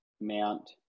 Mount